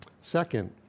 Second